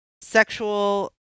sexual